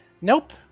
Nope